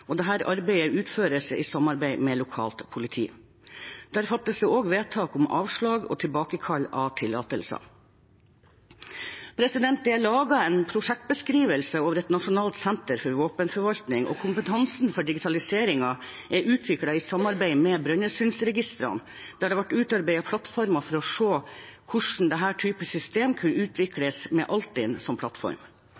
arbeidet utføres i samarbeid med lokalt politi. Der fattes det også vedtak om avslag og tilbakekall av tillatelser. Det er laget en prosjektbeskrivelse over et nasjonalt senter for våpenforvaltning, og kompetansen for digitaliseringen er utviklet i samarbeid med Brønnøysundregistrene, der det ble utarbeidet plattformer for å se hvordan denne typen system kunne